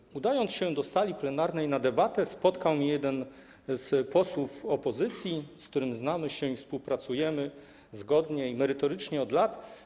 Kiedy udawałem się do sali plenarnej na debatę, spotkałem jednego z posłów opozycji, z którym znamy się i współpracujemy zgodnie i merytorycznie od lat.